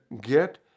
get